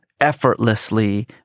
effortlessly